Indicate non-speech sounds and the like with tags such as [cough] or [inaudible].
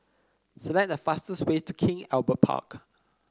select the fastest way to King Albert [noise] Park